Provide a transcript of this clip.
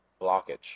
blockage